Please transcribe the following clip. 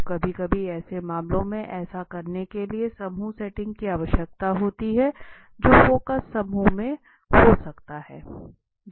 तो कभी कभी ऐसे मामलों में ऐसा करने के लिए समूह सेटिंग की आवश्यकता होती है जो फोकस समूह में हो सकता है